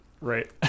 Right